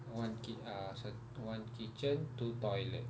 one kit~ uh so one kitchen two toilet